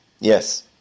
Yes